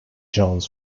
jones